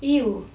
!eww!